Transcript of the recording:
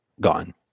gone